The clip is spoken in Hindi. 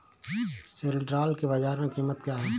सिल्ड्राल की बाजार में कीमत क्या है?